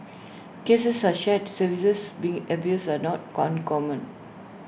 cases of shared services being abused are not uncommon